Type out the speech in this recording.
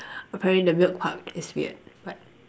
apparently the milk part is weird but